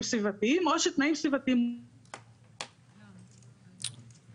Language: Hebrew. סביבתיים או שתנאים סביבתיים (הפרעות בשידור זום).